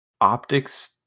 optics